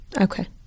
Okay